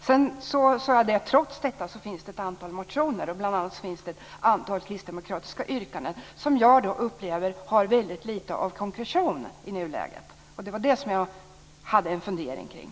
Sedan sade jag att trots detta finns det ett antal motioner, bl.a. finns det ett antal kristdemokratiska yrkanden som jag upplever har väldigt lite av konkretion i nuläget. Det var detta som jag hade en fundering kring.